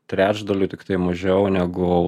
trečdaliu tiktai mažiau negu